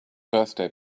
birthday